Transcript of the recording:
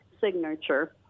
signature